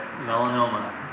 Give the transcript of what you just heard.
melanoma